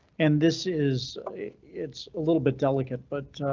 and this is it's a little bit delicate, but